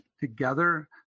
together